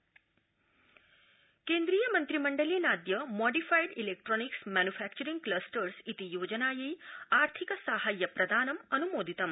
केन्द्रीय मन्त्रिमण्डलम् केन्द्रीय मन्त्रिमण्डलेनाद्य मौडिफाइड इलैक्ट्रॉनिक्स मैनुफैक्चरिंग क्लस्टर्स इति योजनायै आर्थिक साहाय्य प्रदानं अन्मोदितम्